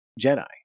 Jedi